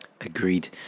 Agreed